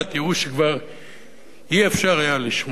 ייאוש שכבר לא היה אפשר לשמוע אותו.